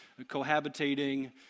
cohabitating